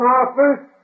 office